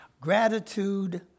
gratitude